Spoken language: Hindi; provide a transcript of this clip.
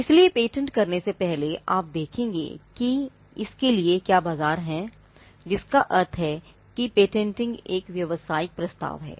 इसलिए पेटेंट करने से पहले आप देखेंगे कि क्या इसके लिए बाजार है जिसका अर्थ है कि पेटेंटिंग एक व्यावसायिक प्रस्ताव है